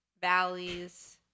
valleys